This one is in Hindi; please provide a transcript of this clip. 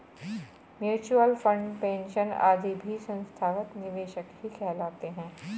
म्यूचूअल फंड, पेंशन आदि भी संस्थागत निवेशक ही कहलाते हैं